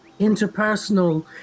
interpersonal